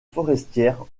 forestière